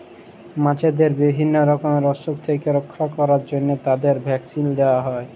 মাছদের বিভিল্য রকমের অসুখ থেক্যে রক্ষা ক্যরার জন্হে তাদের ভ্যাকসিল দেয়া হ্যয়ে